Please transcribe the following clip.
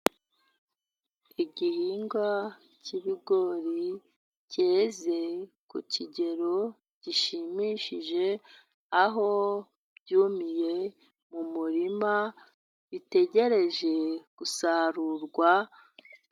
Igihingwa cy'ibigori cyeze ku kigero gishimishije, aho byumiye mu murima bitegereje gusarurwa.